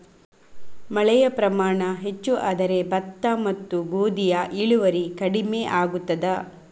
ಮಳೆಯ ಪ್ರಮಾಣ ಹೆಚ್ಚು ಆದರೆ ಭತ್ತ ಮತ್ತು ಗೋಧಿಯ ಇಳುವರಿ ಕಡಿಮೆ ಆಗುತ್ತದಾ?